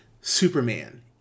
Superman